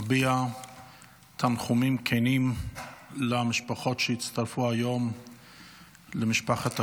אביע תנחומים כנים למשפחות שהצטרפו היום למשפחת השכול,